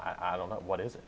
i don't know what is it